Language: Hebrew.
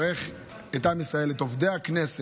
את עובדי הכנסת,